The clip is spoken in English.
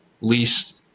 least